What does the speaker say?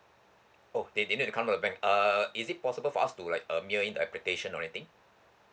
oh they didn't have to come to the bank err is it possible for us to like um mail in the application or anything